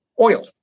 oil